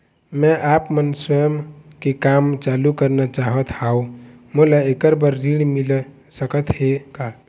मैं आपमन स्वयं के काम चालू करना चाहत हाव, मोला ऐकर बर ऋण मिल सकत हे का?